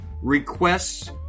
requests